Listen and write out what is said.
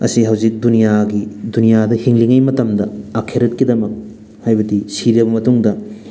ꯑꯁꯤ ꯍꯧꯖꯤꯛ ꯗꯨꯅꯤꯌꯥꯒꯤ ꯗꯨꯅꯤꯌꯥꯗ ꯍꯤꯡꯉꯤꯉꯩ ꯃꯇꯝꯗ ꯑꯈꯦꯔꯠꯀꯤꯗꯃꯛ ꯍꯥꯏꯕꯗꯤ ꯁꯤꯔꯕ ꯃꯇꯨꯡꯗ